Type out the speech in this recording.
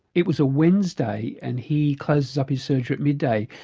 it was a wednesday and he closes up his surgery at midday,